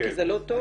כן.